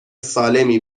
سالمی